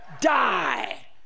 die